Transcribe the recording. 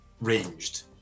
ranged